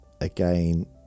again